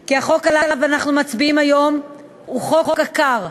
כי החוק שעליו אנו מצביעים היום הוא חוק עקר,